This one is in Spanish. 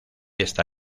está